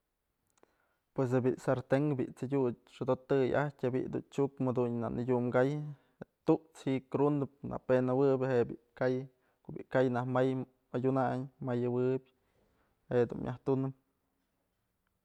Pues je'e bi'i sarten je'e bi'i t'sëdyut xodotëy ajtyë je'e bi'i dun chuk muduntyë na nëdyum ka'ay, je'e tut's ji'i krundëbë, na pen jëwëbë je'e bi'i ka'ay, ko'o ni'i ka'ay may madyunay mayëwëb jedun myaj tunëp.